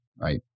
right